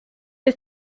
has